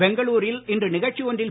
பெங்களுரில் இன்று நிகழ்ச்சி ஒன்றில்